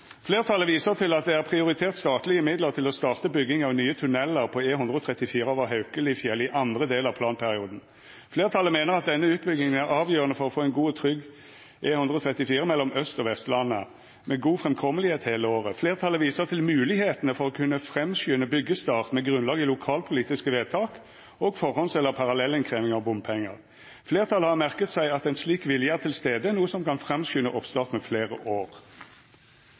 Flertallet mener at denne utbyggingen er avgjørende for å få en god og trygg E134 mellom Øst- og Vestlandet med god framkommelighet hele året. Flertallet viser til mulighetene for å kunne framskynde byggestart med grunnlag i lokalpolitiske vedtak og forhånds- eller parallellinnkreving av bompenger. Flertallet har merket seg at en slik vilje er til stede, noe som kan framskynde oppstart med flere år.»